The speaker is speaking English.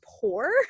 poor